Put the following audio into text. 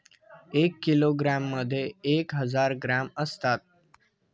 एक किलोग्रॅममध्ये एक हजार ग्रॅम असतात